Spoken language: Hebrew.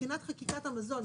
מבחינת חקיקת המזון,